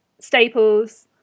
staples